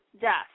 death